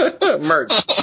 Merch